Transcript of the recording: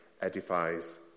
edifies